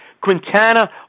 Quintana